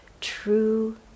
true